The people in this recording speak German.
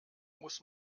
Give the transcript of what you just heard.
muss